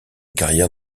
carrière